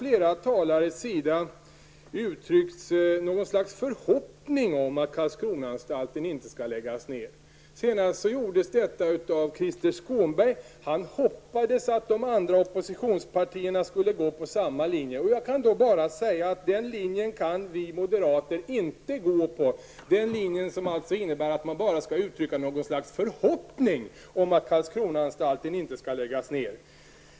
Flera talare har uttryckt något slags förhoppning om att Karlskronaanstalten inte skall läggas ned. Senast gjordes detta av Krister Skånberg. Han sade att han ville att de andra oppositionspartierna skulle följa samma linje. Den linjen, som innebär att man bara skall uttrycka något slags förhoppning om att Karlskronaanstalten inte skall läggas ned, kan vi moderater inte följa.